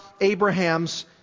Abraham's